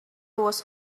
was